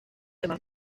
immer